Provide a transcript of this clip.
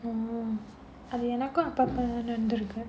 hmm அது எனக்கும் அப்பப்ப நடந்துருக்கு:adhu enakkum appappa nadandhurukku